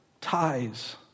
ties